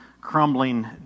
crumbling